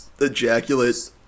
ejaculate